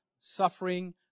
suffering